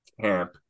camp